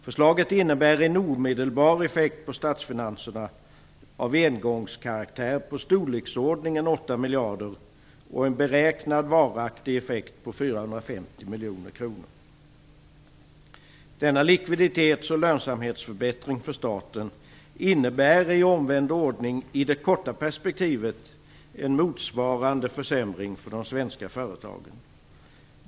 Förslaget innebär en omedelbar effekt på statsfinanserna av engångskaraktär i storleksordningen 8 miljarder och en beräknad varaktig effekt på 450 miljoner kronor. Denna likviditets och lönsamhetsförbättring för staten innebär å andra sidan i det korta perspektivet en motsvarande försämring för de svenska företagen.